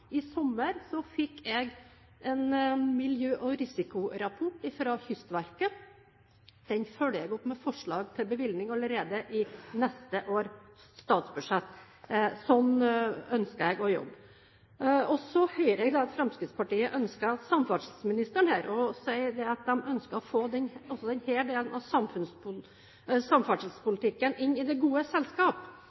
I sommer fikk jeg en miljø- og risikorapport fra Kystverket. Den følger jeg opp med forslag til bevilgning allerede i neste års statsbudsjett. Sånn ønsker jeg å jobbe. Høyre og Fremskrittspartiet ønsket å ha samferdselsministeren her og sier at de ønsker å få denne delen av samferdselspolitikken inn i det gode selskap.